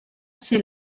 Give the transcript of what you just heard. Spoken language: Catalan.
ser